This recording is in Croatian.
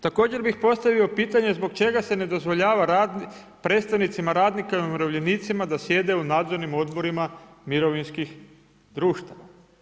Također bih postavio zbog čega se ne dozvoljava rad predstavnicima radnika i umirovljenicima da sjede u nadzornim odborima mirovinskih društava?